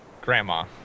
grandma